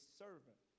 servant